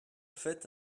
fait